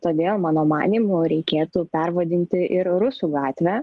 todėl mano manymu reikėtų pervadinti ir rusų gatvę